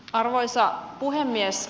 arvoisa puhemies